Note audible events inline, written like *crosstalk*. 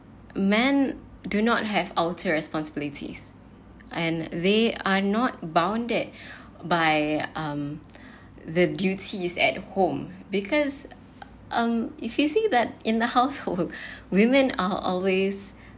men do not have alter responsibilities and they are not bounded *breath* by um the duties at home because um it facing that in the household *breath* women are always